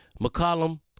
McCollum